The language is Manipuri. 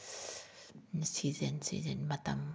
ꯁꯤꯖꯟ ꯁꯤꯖꯟ ꯃꯇꯝ